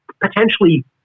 potentially